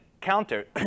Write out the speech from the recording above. counter